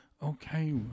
Okay